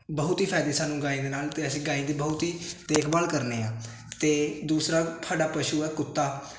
ਬਹੁਤ ਹੀ ਫ਼ਾਇਦੇ ਸਨ ਗਾਂ ਦੇ ਨਾਲ ਅਤੇ ਅਸੀਂ ਗਾਂ ਬਹੁਤ ਹੀ ਦੇਖ ਭਾਲ ਕਰਦੇ ਹਾਂ ਅਤੇ ਦੂਸਰਾ ਸਾਡਾ ਪਸ਼ੂ ਆ ਕੁੱਤਾ